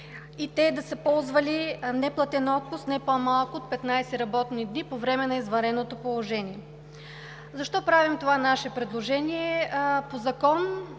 те да са ползвали неплатен отпуск не по-малко от 15 работни дни по време на извънредното положение. Защо правим това наше предложение? В Закона